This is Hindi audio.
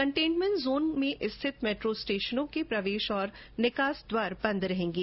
कंटेनमेंट जोन में स्थित मेट्रो स्टेशनों के प्रवेश और निकास द्वार बंद रहेंगे